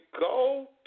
go